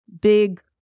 big